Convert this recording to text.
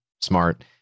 Smart